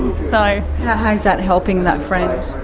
so how how is that helping that friend?